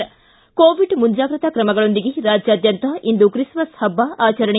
ಿ ಕೋವಿಡ್ ಮುಂಜಾಗ್ರತಾ ಕ್ರಮಗಳೊಂದಿಗೆ ರಾಜ್ಯಾದ್ಯಂತ ಇಂದು ಕ್ರಿಸ್ಮಸ್ ಹಬ್ಬ ಆಚರಣೆ